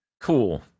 Cool